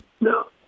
No